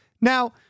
Now